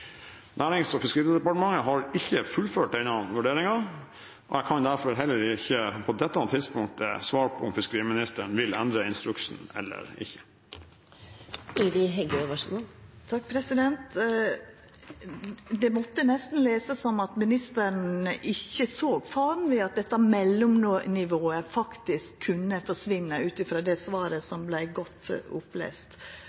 Nærings- og fiskeridepartementet har ikke fullført denne vurderingen, og jeg kan derfor heller ikke, på dette tidspunktet, svare på om fiskeriministeren vil endre instruksen eller ikke. Det måtte nesten tolkast som at ministeren ikkje såg faren ved at dette mellomnivået faktisk kunne forsvinna, ut frå det svaret